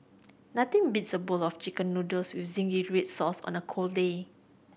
nothing beats a bowl of Chicken Noodles with zingy red sauce on a cold day